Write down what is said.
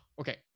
okay